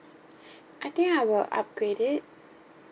I think I will upgrade it